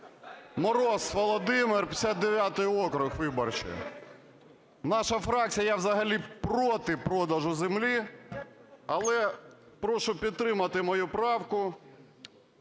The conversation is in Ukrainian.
Мороз Володимир, 59 округ виборчий. Наша фракція… Я взагалі проти продажу землі, але прошу підтримати мою правку.